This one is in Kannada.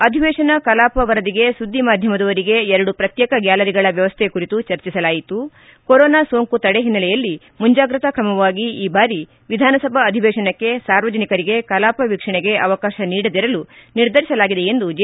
ಅಧಿವೇಶನ ಕಲಾಪ ವರದಿಗೆ ಸುದ್ದಿ ಮಾಧ್ಯಮದವರಿಗೆ ಎರಡು ಪ್ರತ್ಲೇಕ ಗ್ನಾಲರಿಗಳ ವ್ಯವಸ್ಥೆ ಕುರಿತೂ ಚರ್ಚಿಸಲಾಯಿತು ಕೊರೊನಾ ಸೋಂಕು ತಡೆ ಹಿನ್ನೆಲೆಯಲ್ಲಿ ಮುಂಜಾಗ್ರತಾ ಕ್ರಮವಾಗಿ ಈ ಬಾರಿ ವಿಧಾನಸಭಾ ಅಧಿವೇಶನಕ್ಕೆ ಸಾರ್ವಜನಿಕರಿಗೆ ಕಲಾಪ ವೀಕ್ಷಣೆಗೆ ಅವಕಾಶ ನೀಡದಿರಲು ನಿರ್ಧರಿಸಲಾಗಿದೆ ಎಂದು ಜೆ